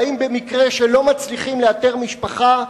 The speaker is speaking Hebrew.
והאם במקרה שלא מצליחים לאתר משפחה,